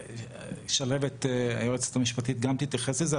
שלהבת היועצת המשפטית גם תתייחס לזה.